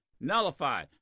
Nullify